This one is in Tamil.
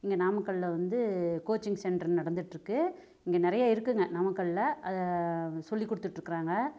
இங்கே நாமக்கல்ல வந்து கோச்சிங் சென்டர் நடந்துகிட்ருக்கு இங்கே நிறைய இருக்குங்க நாமக்கல்ல அதை சொல்லி கொடுத்துட்ருக்குறாங்க